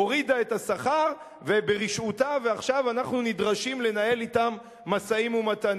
הורידה את השכר ברשעותה ועכשיו אנחנו נדרשים לנהל אתם משאים-ומתנים.